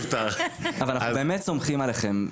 אנחנו באמת סומכים עליכם.